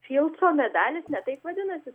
fildso medalis ne taip vadinasi